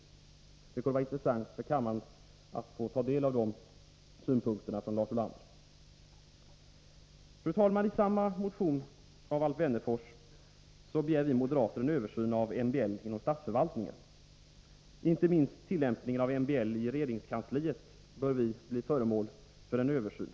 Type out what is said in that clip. Det kan vara intressant för kammaren att få ta del av Lars Ulanders synpunkter på den frågan. I samma motion av Alf Wennerfors begär vi moderater en översyn av tillämpningen av MBL inom statsförvaltningen. Inte minst tillämpningen inom regeringskansliet bör enligt vår mening bli föremål för en översyn.